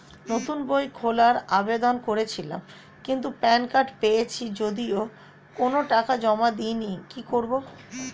নতুন বই খোলার আবেদন করেছিলাম কিন্তু প্যান কার্ড পেয়েছি যদিও কোনো টাকা জমা দিইনি কি করব?